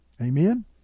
Amen